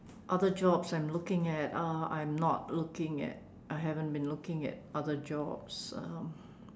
other jobs I'm looking at uh I'm not looking at I haven't been looking at other jobs uh